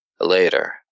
later